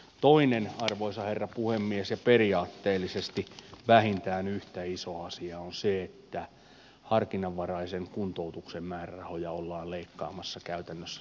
toinen arvoisa herra puhemies ja periaatteellisesti vähintään yhtä iso asia on se että harkinnanvaraisen kuntoutuksen määrärahoja ollaan leikkaamassa käytännössä sattumanvaraisesti